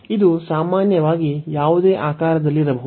ಇದು ಸಾಮಾನ್ಯವಾಗಿ ಯಾವುದೇ ಆಕಾರದಲ್ಲಿರಬಹುದು